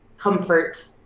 Comfort